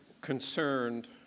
concerned